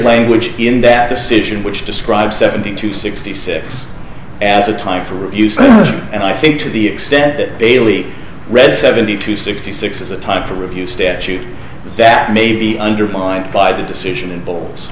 language in that decision which describes seventy two sixty six as a time for use and i think to the extent that bailey read seventy two sixty six is a time for review statute that may be undermined by the decision and b